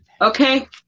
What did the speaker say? Okay